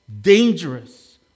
dangerous